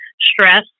Stress